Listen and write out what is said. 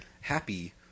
Happy